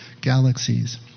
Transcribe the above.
galaxies